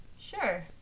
Sure